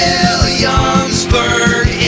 Williamsburg